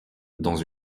dans